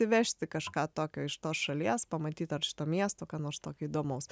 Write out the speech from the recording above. įvežti kažką tokio iš tos šalies pamatyt ar šito miesto ką nors tokio įdomaus